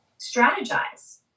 strategize